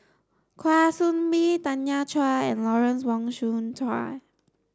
Kwa Soon Bee Tanya Chua and Lawrence Wong Shyun Tsai